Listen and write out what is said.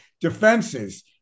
defenses